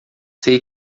sei